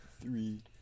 three